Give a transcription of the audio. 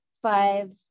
Five